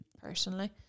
personally